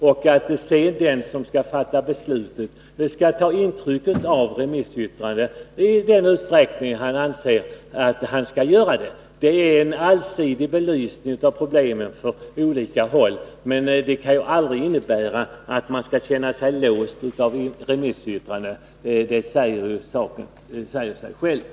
Den som sedan skall fatta beslutet skall ta intryck av remissyttrandena i den utsträckning som han bedömer vara rimligt. En remissomgång ger en allsidig belysning av problemen, men det kan aldrig innebära att man skall känna sig låst av remissyttrandena. Det säger sig självt.